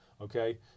okay